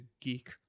geek